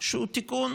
שהוא תיקון